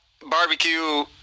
barbecue